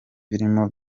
birimo